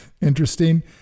interesting